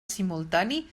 simultani